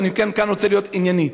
וכאן אני רוצה להיות ענייני: